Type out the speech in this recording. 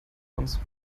uns